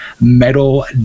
Metal